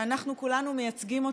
שאנחנו כולנו מייצגים אותה,